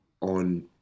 on